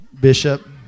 Bishop